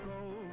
cold